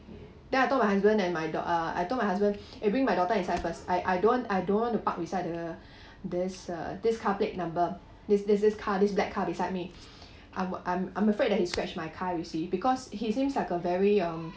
then I told my husband and my dau~ uh I told my husband eh bring my daughter inside first I I don't I don't want to park beside the this uh this car plate number this this this car this black car beside me I'm I'm I'm afraid that he scratch my car you see because he seems like a very um